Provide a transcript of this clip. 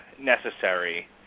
necessary